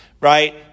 Right